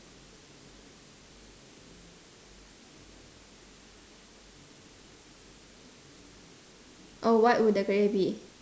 oh what would the career be